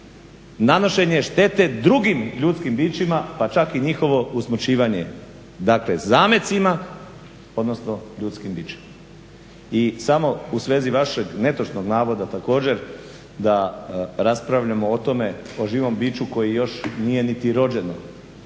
nanošenje štete drugim ljudskim bićima, pa čak i njihovo usmrćivanje, dakle zamecima odnosno ljudskim bićima. I samo u svezi vašeg netočnog navoda također da raspravljamo o živom biću koje još nije niti rođeno.